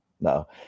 No